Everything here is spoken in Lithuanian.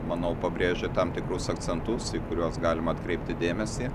manau pabrėžia tam tikrus akcentus į kuriuos galima atkreipti dėmesį